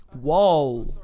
Whoa